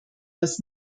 was